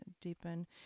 deepen